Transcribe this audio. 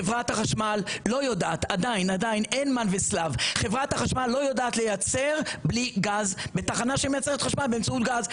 חברת החשמל לא יודעת עדיין ליצר בלי גז בתחנה שמייצרת חשמל באמצעות גז,